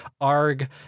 arg